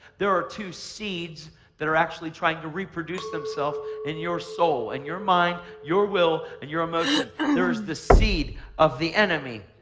there are two seeds that are actually trying to reproduce themselves in your soul, in and your mind, your will and your emotion. there is this seed of the enemy,